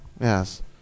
Yes